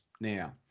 Now